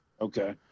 Okay